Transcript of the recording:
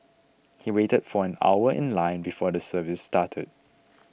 he waited for an hour in line before the service started